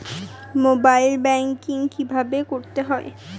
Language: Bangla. মোবাইল ব্যাঙ্কিং কীভাবে করতে হয়?